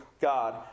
God